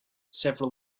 several